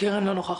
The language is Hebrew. קרן לא נוכחת.